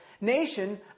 nation